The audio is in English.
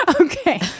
Okay